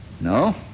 No